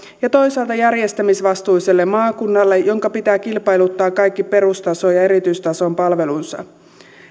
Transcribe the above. ja toisaalta järjestämisvastuiselle maakunnalle jonka pitää kilpailuttaa kaikki perustason ja erityistason palvelunsa